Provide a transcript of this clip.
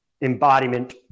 embodiment